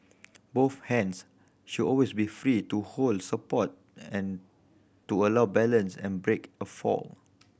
both hands should always be free to hold support and to allow balance and break a fall